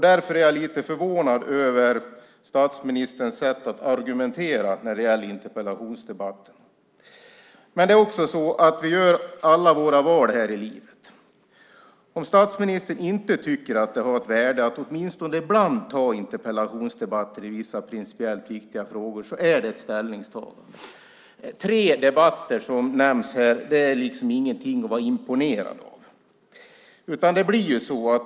Därför är jag lite förvånad över statsministerns sätt att argumentera när det gäller interpellationsdebatter. Vi gör alla våra val här i livet. Om statsministern inte tycker att det har ett värde att åtminstone ibland ta interpellationsdebatter i vissa principiellt viktiga frågor är det ett ställningstagande. Tre debatter, som man har nämnt här, är liksom inget att vara imponerad av.